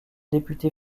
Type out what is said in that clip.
député